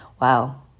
Wow